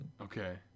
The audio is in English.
Okay